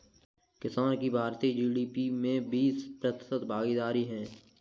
किसान की भारतीय जी.डी.पी में बीस प्रतिशत भागीदारी है